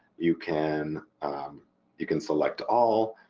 you can um you can select all,